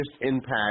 impact